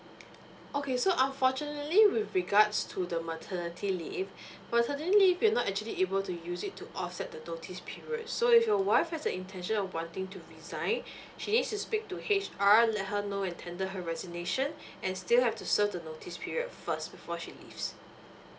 okay so unfortunately with regards to the maternity leave personally if you're not actually able to use it to offset the notice period so if your wife has a intention of wanting to resign she need to speak to H_R let her know and tender her resignation and still have to serve the notice period first before she leaves